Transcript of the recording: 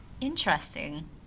Interesting